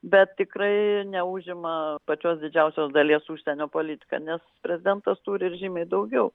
bet tikrai neužima pačios didžiausios dalies užsienio politika nes prezidentas turi ir žymiai daugiau